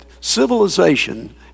civilization